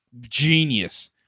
Genius